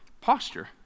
posture